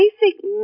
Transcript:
basic